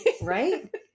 right